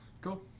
Cool